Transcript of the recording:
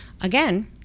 Again